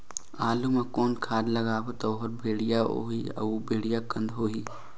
आलू मा कौन खाद लगाबो ता ओहार बेडिया भोगही अउ बेडिया कन्द होही?